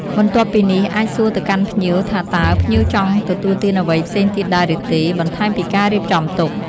បន្ទាប់ពីនេះ អាចសួរទៅកាន់ភ្ញៀវ ថាតើភ្ញៀវចង់ទទួលទានអ្វីផ្សេងទៀតដែរឬទេ បន្ថែមពីការរៀបចំទុក ។